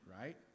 right